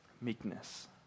meekness